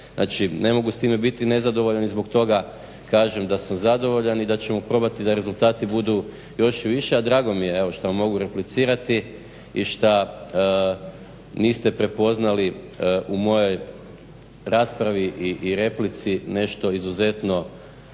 Znači ne mogu s time biti nezadovoljan i zbog toga kažem da sam zadovoljan i da ćemo probati da rezultati budu još više, a drago mi je što vam mogu replicirati i što niste prepoznali u mojoj raspravi i replici nešto izuzetno